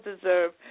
deserve